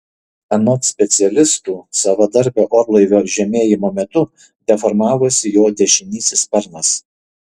anot specialistų savadarbio orlaivio žemėjimo metu deformavosi jo dešinysis sparnas